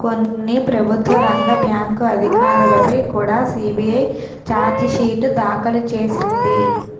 కొన్ని ప్రభుత్వ రంగ బ్యాంకు అధికారులపై కుడా సి.బి.ఐ చార్జి షీటు దాఖలు చేసింది